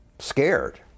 Scared